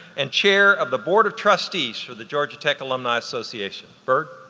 and chair of the board of trustees for the georgia tech alumni association. bird?